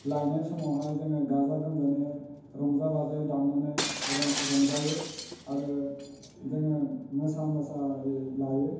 लायनाय समावहाय जोङो गाजा गोमजानो रंजा बाजायै दामनानै रंजायो आरो जोङो मोसा मोसायै लायो